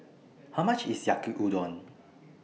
How much IS Yaki Udon